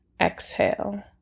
exhale